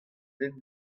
den